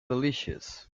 delicious